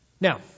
Now